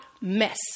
mess